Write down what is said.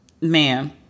Ma'am